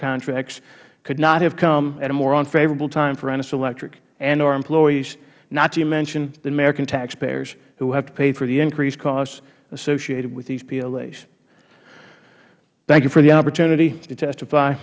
contracts could not have come at a more unfavorable time for ennis electric and our employees not to mention the american taxpayers who have to pay for the increased costs associated with these plas thank you for the opportunity to testify